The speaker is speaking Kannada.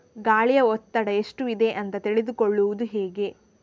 ಗಾಳಿಯ ಒತ್ತಡ ಎಷ್ಟು ಇದೆ ಅಂತ ತಿಳಿದುಕೊಳ್ಳುವುದು ಹೇಗೆ?